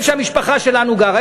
איפה שהמשפחה שלנו גרה,